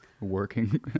working